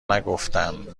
نگفتن